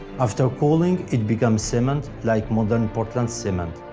after cooling it became cement, like modern portland cement.